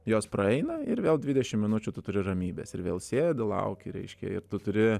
jos praeina ir vėl dvidešimt minučių tu turi ramybės ir vėl sėdi lauki reiškia ir tu turi